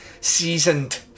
seasoned